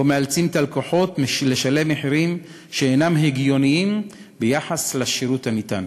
שבו מאלצים את הלקוחות לשלם מחירים שאינם הגיוניים ביחס לשירות הניתן.